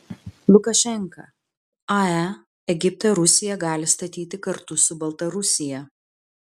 lukašenka ae egipte rusija gali statyti kartu su baltarusija